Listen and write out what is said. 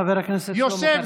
חבר הכנסת שלמה קרעי.